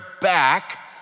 back